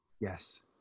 Yes